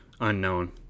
unknown